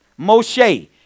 Moshe